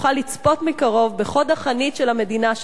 אוכל לצפות מקרוב בחוד החנית של המדינה שלנו,